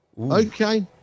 Okay